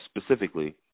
specifically